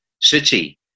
city